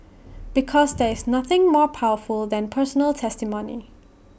because there is nothing more powerful than personal testimony